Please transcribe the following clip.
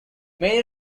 many